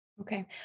Okay